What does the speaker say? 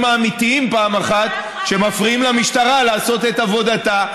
האמיתיים שמפריעים למשטרה לעשות את עבודתה.